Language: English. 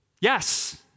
Yes